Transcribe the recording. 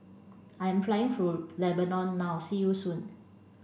I'm flying for Lebanon now see you soon